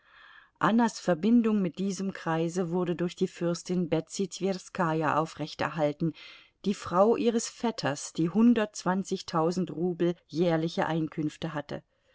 annas verbindung mit diesem kreise wurde durch die fürstin betsy twerskaja aufrechterhalten die frau ihres vetters die hundertzwanzigtausend rubel jährliche einkünfte hatte